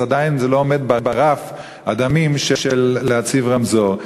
אז עדיין זה לא עומד ברף הדמים של להציב רמזור.